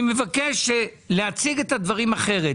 אני מבקש להציג את הדברים אחרת.